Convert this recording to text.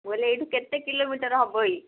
ମୁଁ କହିଲି ଏଇଠୁ କେତେ କିଲୋମିଟର ହବ ଏଇ